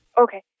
Okay